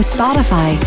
Spotify